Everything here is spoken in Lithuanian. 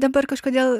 dabar kažkodėl